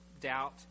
doubt